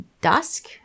dusk